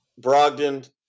Brogdon